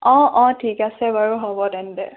অঁ অঁ ঠিক আছে বাৰু হ'ব তেন্তে